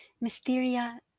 Mysteria